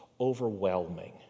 overwhelming